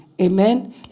Amen